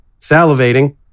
Salivating